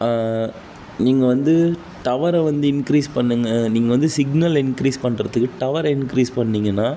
நீங்கள் வந்து டவரை வந்து இன்க்ரீஸ் பண்ணுங்க நீங்கள் வந்து சிக்னலை இன்க்ரீஸ் பண்றதுக்கு டவரை இன்க்ரீஸ் பண்ணிங்கனால்